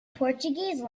portuguese